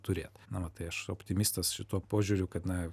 turėt na matai aš optimistas šituo požiūriu kad na